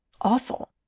awful